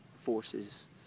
forces